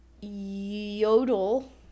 yodel